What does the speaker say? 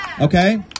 okay